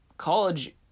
college